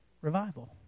revival